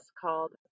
called